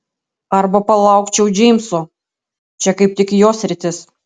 arba palaukčiau džeimso čia kaip tik jo sritis